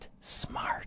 smart